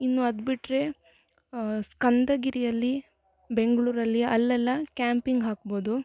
ಇನ್ನು ಅದು ಬಿಟ್ಟರೆ ಸ್ಕಂದ ಗಿರಿಯಲ್ಲಿ ಬೆಂಗ್ಳೂರಲ್ಲಿ ಅಲ್ಲೆಲ್ಲಾ ಕ್ಯಾಂಪಿಂಗ್ ಹಾಕ್ಬೋದು